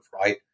right